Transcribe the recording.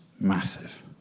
massive